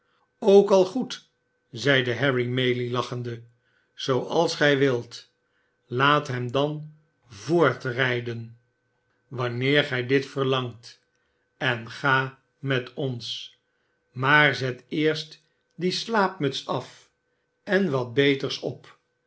ook al goed zeide harry maylie lachende zooals gij wilt laat hem dan voortrijden wanneer gij dit verlangt en ga met ons maar zet eerst die slaapmuts af en wat beters op